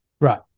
Right